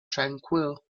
tranquil